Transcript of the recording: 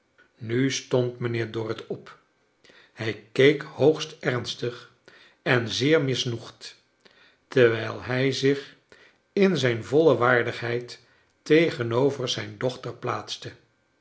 nu stond mijnheer dorrit op hij keek hoogst ernstig en zeer misnoegd terwijl hij zich in zijn voile waardigheid tegenover zijn dochter plaatste